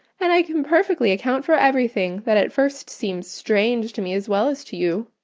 and i can perfectly account for every thing that at first seemed strange to me as well as to you.